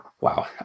Wow